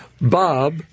Bob